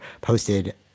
posted